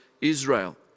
Israel